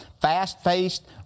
fast-paced